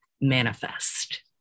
manifest